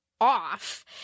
off